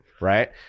right